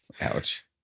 ouch